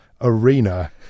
arena